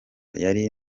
yari